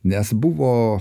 nes buvo